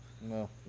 No